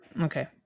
Okay